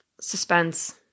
suspense